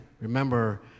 Remember